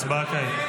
הצבעה כעת.